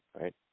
right